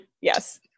Yes